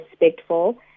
respectful